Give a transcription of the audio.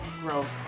growth